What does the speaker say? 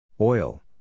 Oil